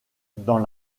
dans